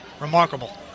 Remarkable